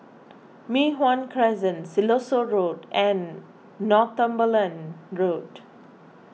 Mei Hwan Crescent Siloso Road and Northumberland Road